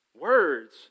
words